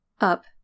Up